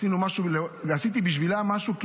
עשיתי בשבילה משהו,